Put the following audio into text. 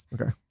okay